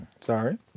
Sorry